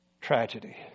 tragedy